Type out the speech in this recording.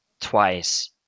twice